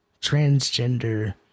transgender